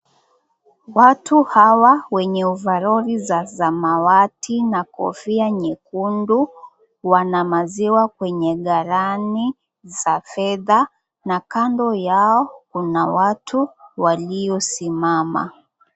Watu hawa wenye ovaroli za samawati na kofia nyekundu wana maziwa kwenye galani za fedha na kando yao kuna watu waliosimama.